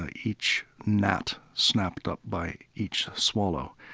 ah each gnat snapped up by each swallow.